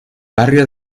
barrio